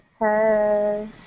Hey